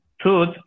truth